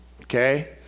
okay